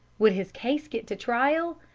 would his case get to trial?